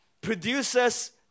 produces